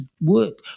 work